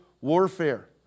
warfare